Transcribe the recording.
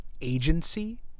agency